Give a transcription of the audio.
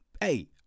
hey